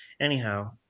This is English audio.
Anyhow